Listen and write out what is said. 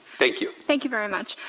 thank you. thank you very much.